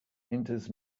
enters